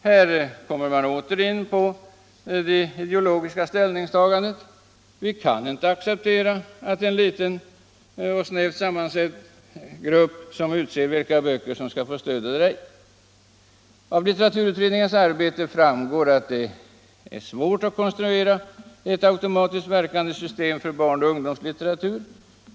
Här kommer man åter in på det ideologiska ställningstagandet. Vi kan inte acceptera att en liten snävt sammansatt grupp utser de böcker som skall få stöd. Av litteraturutredningens arbete framgår att det är svårt att konstruera ett automatiskt verkande system för barnoch ungdomslitteratur.